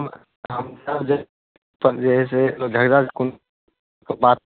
तब जे हइ से धैरज कुञ्जके बात